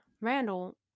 Randall